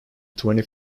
twenty